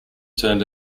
turned